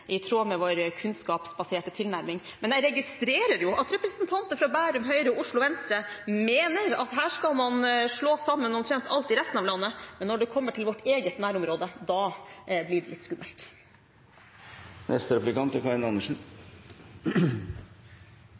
i tråd med vår kunnskapsbaserte tilnærming. Men jeg registrerer jo at representanter fra Bærum Høyre og Oslo Venstre mener at her skal man slå sammen omtrent alt i resten av landet, men når det kommer til deres eget nærområde, da blir det litt skummelt.